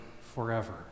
forever